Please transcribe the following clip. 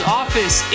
office